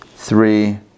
Three